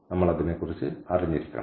നമ്മൾ അതിനെക്കുറിച്ച് അറിഞ്ഞിരിക്കണം